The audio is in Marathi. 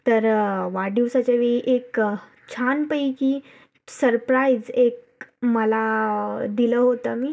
तर वाढदिवसाच्या वेळी एक छानपैकी सरप्राईज एक मला दिलं होतं मी